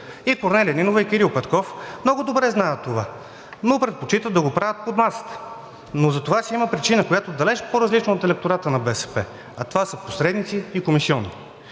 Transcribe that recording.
И Корнелия Нинова, и Кирил Петков много добре знаят това, но предпочитат да го правят под масата. Но затова си има причина, която е далеч по-различна от електората на БСП – това са посредници и комисиони.